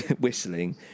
whistling